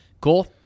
Cool